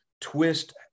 twist